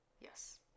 Yes